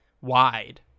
wide